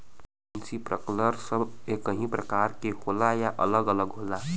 Sprinkler सब एकही प्रकार के होला या अलग अलग होला?